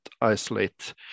isolate